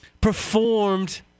performed